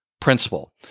principle